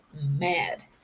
mad